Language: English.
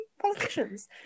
politicians